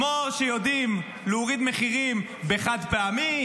כמו שיודעים להוריד מחירים בחד-פעמי,